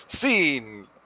Scene